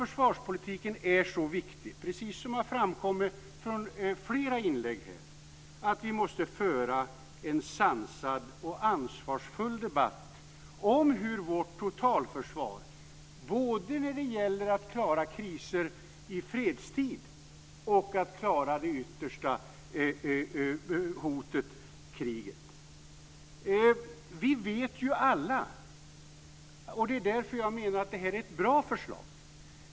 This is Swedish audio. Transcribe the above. Försvarspolitiken är så viktig - precis som det har framgått av flera inlägg här - att vi måste föra en sansad och ansvarsfull debatt om vårt totalförsvar, både när det gäller att klara kriser i fredstid och när det gäller att klara det yttersta hotet, krig. Jag anser att det här är ett bra förslag.